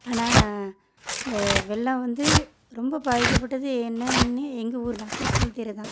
ஆனால் இந்த வெள்ளம் வந்து ரொம்ப பாதிக்கப்பட்டது என்ன இன்னே எங்கள் ஊர் தான் குருசிக்கோயில் தெரு தான்